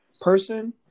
person